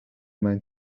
mijn